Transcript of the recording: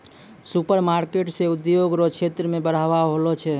supermarket से उद्योग रो क्षेत्र मे बढ़ाबा होलो छै